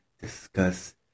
discuss